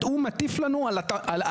הוא מטיף לנו על גינויים?